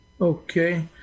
Okay